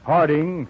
Harding